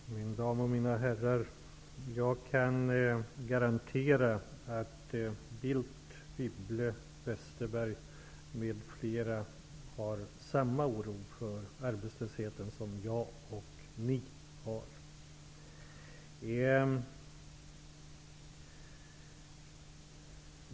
Fru talman! Min dam och mina herrar! Jag kan garantera att Bildt, Wibble, Westerberg m.fl. hyser samma oro för arbetslösheten som jag gör och som ni gör.